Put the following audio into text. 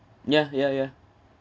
yeah yeah yeah